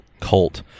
cult